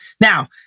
Now